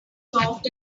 soft